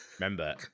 Remember